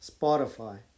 Spotify